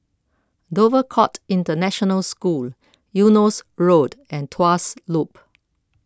Dover Court International School Eunos Road and Tuas Loop